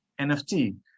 NFT